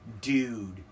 Dude